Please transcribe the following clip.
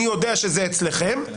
אני יודע שזה אצלכם,